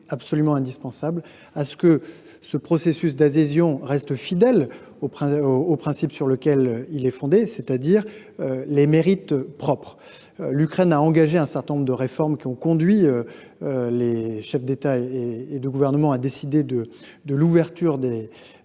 absolument indispensable – à ce que le processus d’adhésion reste fidèle au principe sur lequel il est fondé, c’est à dire les mérites propres du pays candidat. L’Ukraine a engagé un certain nombre de réformes qui ont conduit les chefs d’État et de gouvernement à décider l’ouverture des